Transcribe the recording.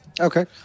Okay